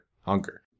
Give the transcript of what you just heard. hunger